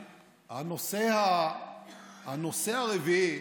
הנושא הרביעי,